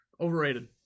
overrated